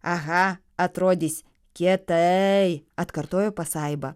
aha atrodys kietai atkartojo pasaiba